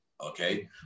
Okay